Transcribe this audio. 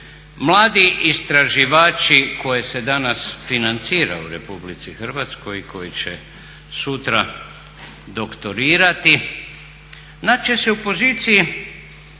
Mladi istraživači koje se danas financira u RH i koji će sutra doktorirati naći će se u poziciji